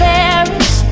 Paris